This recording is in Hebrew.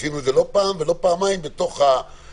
עשינו את זה לא פעם ולא פעמיים בתוך החוק.